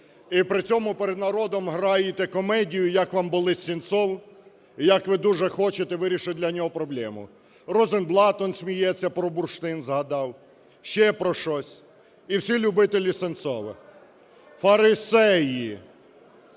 І при цьому перед народом граєте комедію, як вам болить Сенцов і як ви дуже хочете вирішити для нього проблему. Розенблат он сміється, про бурштин згадав, ще про щось. І всі любителі Сенцова. Фарисеї!